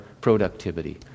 productivity